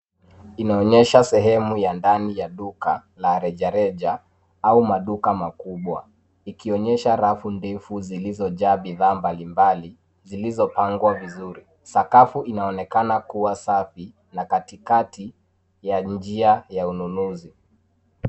Inaonyesha sehemu ya ndani ya duka la reja reja au maduka makubwa ikionyesha rafu ndefu zilizojaa bidhaa mbali mbali zilizo pangwa vizuri. Sakafu inaonekana kuwa safi na katikati ya njia ya ununuzi.